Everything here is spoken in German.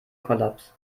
kollaps